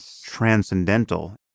transcendental